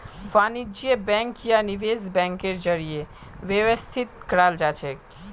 वाणिज्य बैंक या निवेश बैंकेर जरीए व्यवस्थित कराल जाछेक